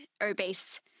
obese